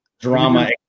drama